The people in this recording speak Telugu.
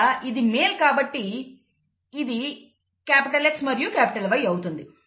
ఇక ఇది మేల్ కాబట్టి ఇది X మరియు Y అవుతుంది